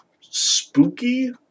spooky